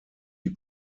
die